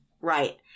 Right